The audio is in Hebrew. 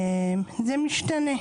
זה משתנה,